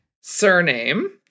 surname